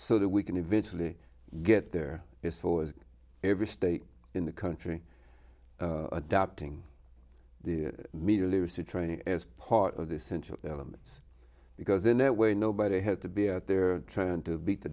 so that we can eventually get there is for every state in the country adopting the media literacy training as part of the central elements because in that way nobody has to be out there trying to beat the